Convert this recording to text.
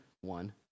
one